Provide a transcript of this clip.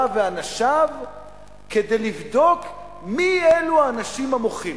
ואנשיו כדי לבדוק מי אלו האנשים המוחים.